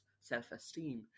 self-esteem